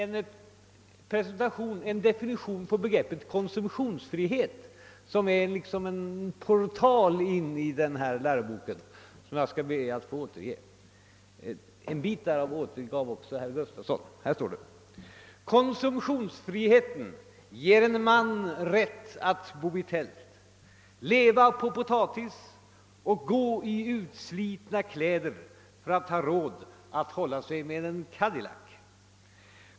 Det finns också en definition på begreppet konsumtionsfrihet som är liksom en portal inne i denna bok och som jag skall be att få återge. Herr Gustavsson i Nässjö har redan återgivit en del av definitionen. Det står: »Konsumtionsfriheten ger en man rätt att bo i tält, leva på potatis och gå i utslitna kläder för att ha råd att hålla sig med en Cadillac.